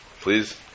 Please